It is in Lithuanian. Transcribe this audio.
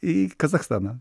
į kazachstaną